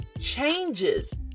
changes